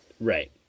Right